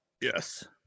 Yes